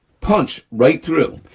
punch right through.